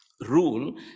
rule